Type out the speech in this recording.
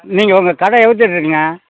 நீங்கள் உங்கள் கடை எவ்ளோ தூரம் இருக்குங்க